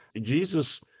Jesus